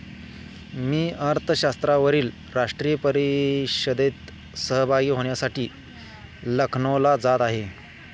मी अर्थशास्त्रावरील राष्ट्रीय परिषदेत सहभागी होण्यासाठी लखनौला जात आहे